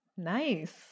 Nice